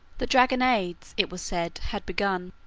the dragonades, it was said, had begun.